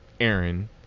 Aaron